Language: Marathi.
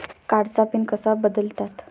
कार्डचा पिन कसा बदलतात?